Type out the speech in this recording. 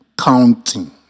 counting